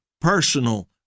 personal